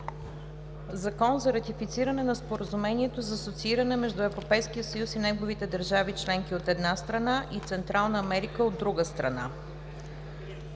за ратифициране на Споразумението за асоцииране между Европейския съюз и неговите държави членки, от една страна, и Централна Америка, от друга страна,